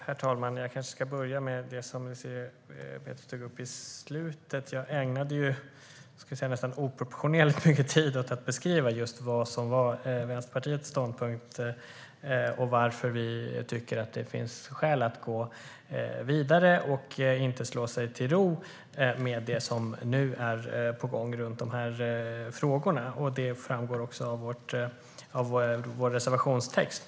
Herr talman! Jag kanske ska börja med det som Désirée Pethrus tog upp på slutet. Jag ägnade ju nästan oproportionerligt mycket tid åt att beskriva Vänsterpartiets ståndpunkt och varför vi tycker att det finns skäl att gå vidare och inte slå sig till ro med det som nu är på gång i de här frågorna. Det framgår också av vår reservationstext.